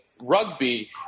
rugby